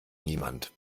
niemand